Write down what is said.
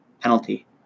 penalty